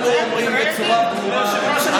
אנחנו אומרים בצורה ברורה,